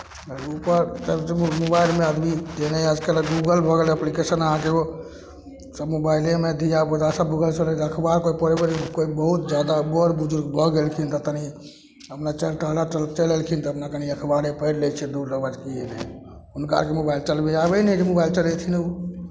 ऊपर सभसँ मोबाइलमे आदमी तहिने आजकल गूगल भऽ गेलै हइ एप्लीकेशन अहाँकेँ एगो सभ मोबाइलेमे धियापुतासभ गूगलसँ देखबाके कोइ बड़ी कोइ बहुत ज्यादा बड़ बुजुर्ग भऽ गेलखिन तऽ तनि हमरा चर टहलय चलि एलखिन तऽ अपना कनि अखबारे पढ़ि लै छियै आज की अयलै हन हुनकाके मोबाइल चलबय आबै नहि छैन्ह मोबाइल चलयथिन ओ